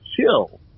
chill